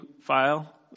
file